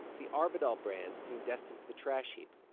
the arbidol brand seemed destined for the trash heap.